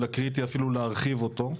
אלא קריטי אפילו להרחיב אותו.